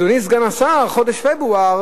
אדוני סגן השר, חודש פברואר